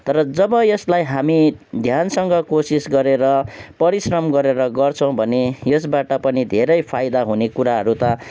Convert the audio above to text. तर जब यसलाई हामी ध्यानसँग कोसिस गरेर परिश्रम गरेर गर्छौँ भने यसबाट पनि धेरै फाइदा हुने कुराहरू त